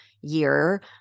year